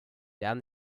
down